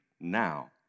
now